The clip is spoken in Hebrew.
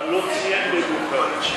--- במיוחד.